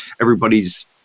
everybody's